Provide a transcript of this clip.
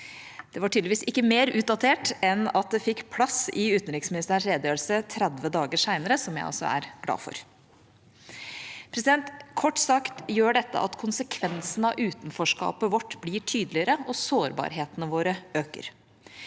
Det var tydeligvis ikke mer utdatert enn at det fikk plass i utenriksministerens redegjørelse 30 dager senere, noe jeg altså er glad for. Kort sagt gjør dette at konsekvensen av utenforskapet vårt blir tydeligere, og sårbarhetene våre øker.